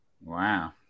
Wow